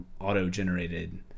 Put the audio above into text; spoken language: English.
auto-generated